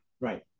Right